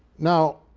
now,